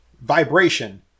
vibration